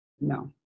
No